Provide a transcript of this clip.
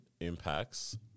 impacts